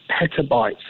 petabytes